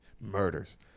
murders